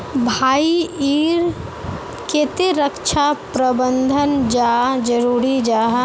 भाई ईर केते रक्षा प्रबंधन चाँ जरूरी जाहा?